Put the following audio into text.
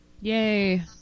Yay